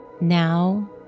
Now